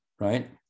right